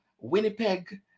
Winnipeg